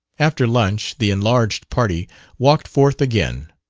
after lunch the enlarged party walked forth again.